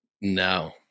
No